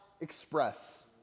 express